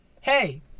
Hey